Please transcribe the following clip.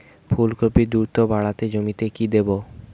ফুলকপি দ্রুত বাড়াতে জমিতে কি দেবো?